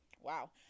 Wow